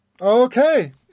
Okay